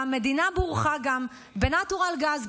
והמדינה בורכה גם בנטורל גז,